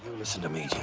listen to me,